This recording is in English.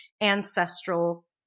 ancestral